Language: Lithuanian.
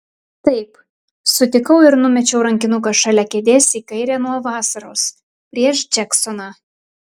taip sutikau ir numečiau rankinuką šalia kėdės į kairę nuo vasaros prieš džeksoną